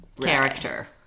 character